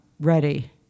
ready